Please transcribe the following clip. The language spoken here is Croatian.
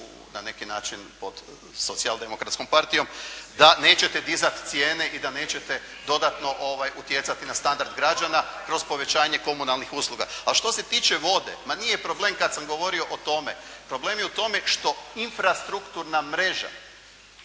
na neki način pod socijaldemokratskom partijom, da nećete dizati cijene i da nećete dodatno utjecati na standard građana kroz povećanje komunalnih usluga. Ali što se tiče vode, ma nije problem kada sam govorio o tome, problem je u tome što infrastrukturna mreža